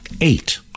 Eight